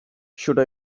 should